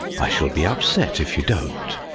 i shall be upset if you don't.